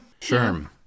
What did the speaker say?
sherm